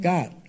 God